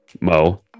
mo